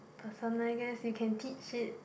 person I guess you can teach it